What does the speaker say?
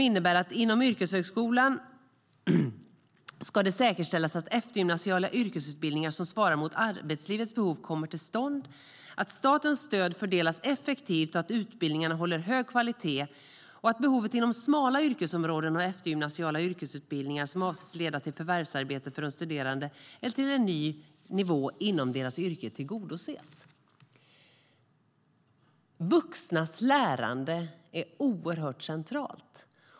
Inom yrkeshögskolan ska det säkerställas att eftergymnasiala yrkesutbildningar som svarar mot arbetslivets behov kommer till stånd, att statens stöd fördelas effektivt och att utbildningarna håller hög kvalitet. Behovet inom smala yrkesområden och eftergymnasiala yrkesutbildningar som avser att leda till förvärvsarbete för de studerande, eller till en ny nivå inom deras yrke, ska tillgodoses. Vuxnas lärande är oerhört centralt.